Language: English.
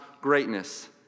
greatness